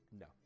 No